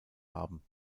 haben